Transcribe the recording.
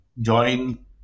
join